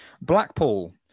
blackpool